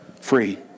free